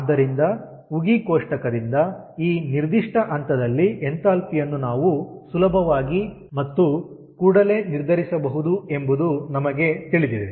ಆದ್ದರಿಂದ ಉಗಿ ಕೋಷ್ಟಕದಿಂದ ಈ ನಿರ್ದಿಷ್ಟ ಹಂತದಲ್ಲಿ ಎಂಥಾಲ್ಪಿ ಯನ್ನು ನಾವು ಸುಲಭವಾಗಿ ಮತ್ತು ಕೂಡಲೇ ನಿರ್ಧರಿಸಬಹುದು ಎಂಬುದು ನಮಗೆ ತಿಳಿದಿದೆ